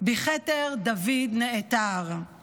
בכתר דוד נעטר/